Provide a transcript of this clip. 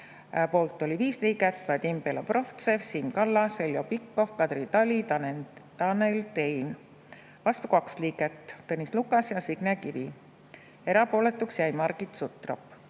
poolt oli 5 liiget: Vadim Belobrovtsev, Siim Kallas, Heljo Pikhof, Kadri Tali, Tanel Tein; vastu 2 liiget: Tõnis Lukas ja Signe Kivi; erapooletuks jäi Margit Sutrop.